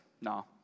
no